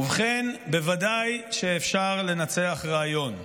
ובכן, בוודאי שאפשר לנצח רעיון.